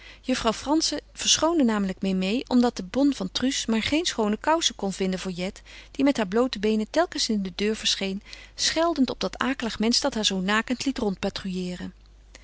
juffrouw frantzen verschoonde namelijk memée omdat de bonne van truus maar geen schoone kousen vinden kon voor jet die met haar bloote beenen telkens in de deur verscheen scheldend op dat akelige mensch dat haar zoo